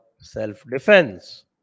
self-defense